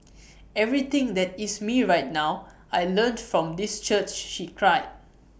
everything that is me right now I learnt from this church she cried